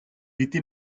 était